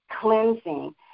cleansing